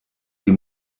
die